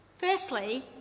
Firstly